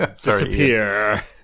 disappear